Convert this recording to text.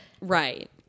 Right